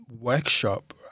workshop